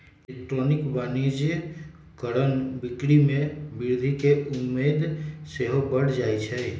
electronic वाणिज्य कारण बिक्री में वृद्धि केँ उम्मेद सेहो बढ़ जाइ छइ